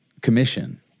commission